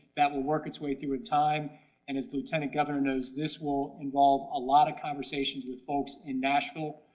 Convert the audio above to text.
that will work its way through a time and, as the lieutenant governor knows, this will involve a lot of conversations with folks in nashville,